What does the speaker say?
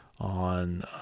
On